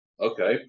okay